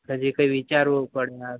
હજી કઈ વિચારવું પડે હારું